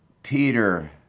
Peter